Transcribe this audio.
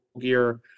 gear